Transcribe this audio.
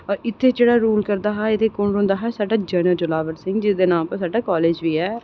ते इत्थै जेह्ड़ा रूल करदा हा ओह् होंदा हा साढ़ा जनरल जोरावर सिंह जोह्दे नांऽ पर साढ़ा कॉलेज़ बी ऐ